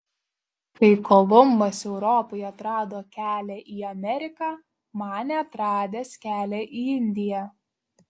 kai kolumbas europai atrado kelią į ameriką manė atradęs kelią į indiją